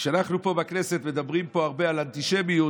כשאנחנו פה בכנסת מדברים הרבה על אנטישמיות,